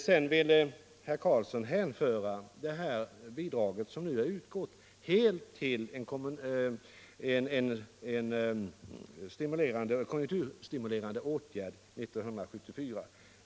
Herr Karlsson vill att det bidrag som nu har utgått skall betraktas helt som en konjunkturstimulerande åtgärd 1974.